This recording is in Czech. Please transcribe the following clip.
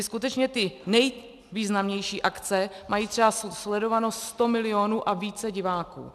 Skutečně ty nejvýznamnější akce mají sledovanost 100 milionů a více diváků.